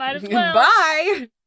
Goodbye